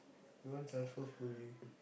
you won't transfer fully